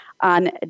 on